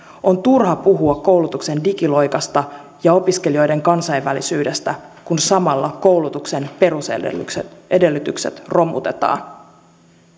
on turha puhua koulutuksen digiloikasta ja opiskelijoiden kansainvälisyydestä kun samalla koulutuksen perusedellytykset romutetaan